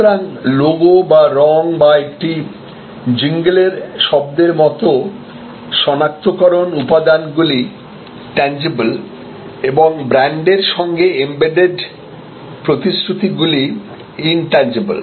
সুতরাং লোগো বা রঙ বা একটি জিঙলেরIjingle শব্দের মতো সনাক্তকরণ উপাদানগুলি ট্যানজিবল এবং ব্র্যান্ডের সঙ্গে এমবেডেড প্রতিশ্রুতি গুলি ইনট্যানজিবল